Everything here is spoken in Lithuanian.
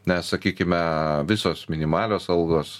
nes sakykime visos minimalios algos